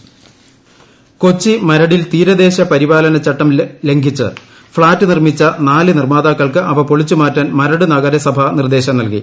മരട് കൊച്ചി മരടിൽ തീരദേശ പരിപാലന ചട്ടം ലംഘിച്ച് ഫ്ളാറ്റ് നിർമ്മിച്ച നാല് നിർമ്മാതാക്കൾക്ക് അവ പൊളിച്ചു മാറ്റാൻ മരട് നഗരസഭ നിർദ്ദേശം നൽകി